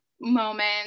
moment